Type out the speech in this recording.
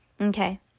Okay